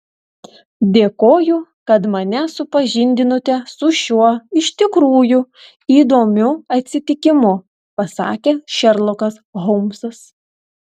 dėkoju kad mane supažindinote su šiuo iš tikrųjų įdomiu atsitikimu pasakė šerlokas holmsas